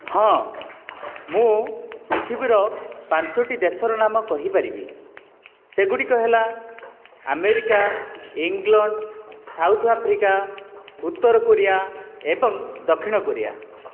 ହଁ ମୁଁ ପୃଥିବୀର ପାଞ୍ଚଟି ଦେଶର ନାମ କହିପାରିବି ସେଗୁଡ଼ିକ ହେଲା ଆମେରିକା ଇଂଲଣ୍ଡ ସାଉଥ ଆଫ୍ରିକା ଉତ୍ତର କୋରିଆ ଏବଂ ଦକ୍ଷିଣ କୋରିଆ